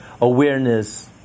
awareness